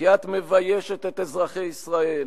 כי את מביישת את אזרחי ישראל,